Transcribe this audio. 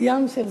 ים של זמן.